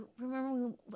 remember